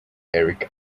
eric